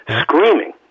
screaming